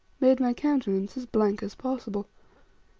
made my countenance as blank as possible.